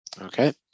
Okay